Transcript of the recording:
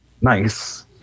Nice